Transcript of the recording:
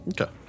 Okay